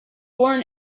born